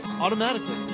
automatically